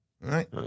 right